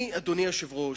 אני, אדוני היושב-ראש,